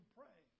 pray